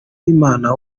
w’imana